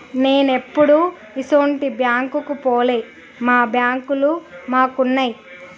నేనెప్పుడూ ఇసుంటి బాంకుకు పోలే, మా బాంకులు మాకున్నయ్